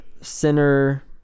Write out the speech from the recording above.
center